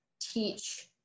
teach